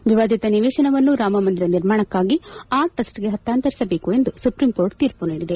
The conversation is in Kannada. ವಿವಾದಿತ ನಿವೇಶನವನ್ನು ರಾಮಮಂದಿರ ನಿರ್ಮಾಣಕ್ಕಾಗಿ ಆ ಟ್ರಸ್ಟ್ಗೆ ಹಸ್ತಾಂತರಿಸಬೇಕು ಎಂದು ಸುಪ್ರೀಂಕೋರ್ಟ್ ತೀರ್ಮ ನೀಡಿದೆ